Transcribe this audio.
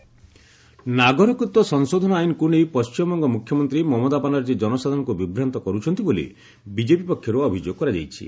ଡବୁବି CAA rally ନାଗରିକତ୍ୱ ସଂଶୋଧନ ଆଇନକୁ ନେଇ ପଶ୍ଚିମବଙ୍ଗ ମୁଖ୍ୟମନ୍ତ୍ରୀ ମମତା ବାନାର୍ଜୀ କନସାଧାରଣଙ୍କୁ ବିଭ୍ରାନ୍ତ କରୁଛନ୍ତି ବୋଲି ବିଜେପି ପକ୍ଷରୁ ଅଭିଯୋଗ କରାଯାଇଛି